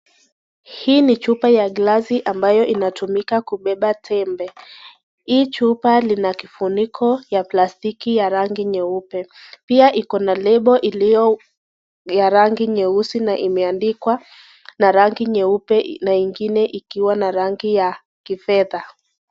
Hii ni chupa ya glasi ambayo inatumika kubeba tembe. Hii chupa lina kifuniko ya plastiki ya rangi nyeupe. Pia iko na lebo iliyo ya rangi nyeusi na imeandikwa na rangi nyeupe na ingine ikiwa na rangi ya kifedha.